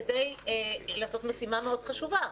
כדי לעשות משימה מאוד חשובה,